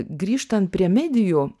grįžtant prie medijų